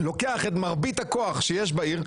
לוקח את מרבית הכוח שיש בעיר.